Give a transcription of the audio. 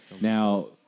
Now